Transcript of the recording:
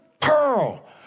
pearl